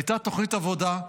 הייתה תוכנית עבודה.